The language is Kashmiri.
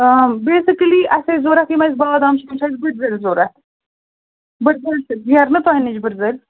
آ بیٚسِکٕلی اَسہِ ٲسۍ ضروٗرت یم اَسہِ بادام چھِ تِم چھِ اَسہِ بٕڈۍ بٕڈۍ ضروٗرت برزٕلۍ نیرنہٕ تۄہہِ نِش برزٕلۍ